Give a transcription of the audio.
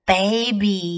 Baby